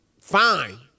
fine